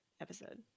episode